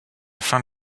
fin